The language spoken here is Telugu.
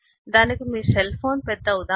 దానికి మీ సెల్ ఫోన్ పెద్ద ఉదాహరణ